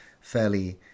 fairly